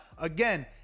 again